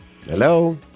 Hello